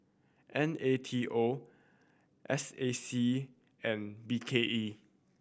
N A T O S A C and B K E